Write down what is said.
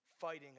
fighting